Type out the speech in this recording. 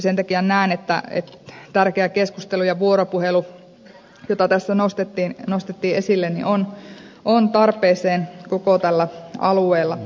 sen takia näen että tärkeä keskustelu ja vuoropuhelu jota tässä nostettiin esille on tarpeen koko tällä alueella